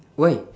why